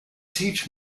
teach